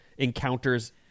encounters